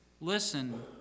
Listen